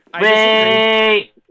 wait